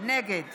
נגד